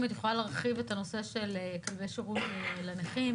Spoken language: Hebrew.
אם את יכולה להרחיב את הנושא של כלבי שירות ונכים.